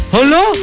Hello